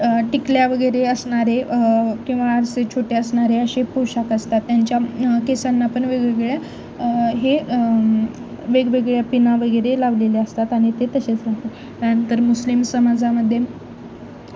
टिकल्या वगैरे असणारे किंवा आरसे छोटे असणारे असे पोषाख असतात त्यांच्या केसांना पण वेगवेगळ्या हे वेगवेगळ्या पिना वगेरे लावलेले असतात आणि ते तसेच राहतात त्यानंतर मुस्लिम समाजामध्ये